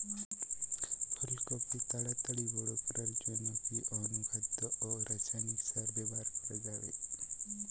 ফুল কপি তাড়াতাড়ি বড় করার জন্য কি অনুখাদ্য ও রাসায়নিক সার ব্যবহার করা যাবে?